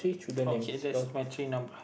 okay that's matching number